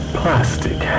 plastic